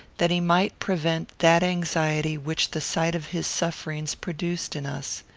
that he might prevent that anxiety which the sight of his sufferings produced in us.